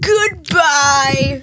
Goodbye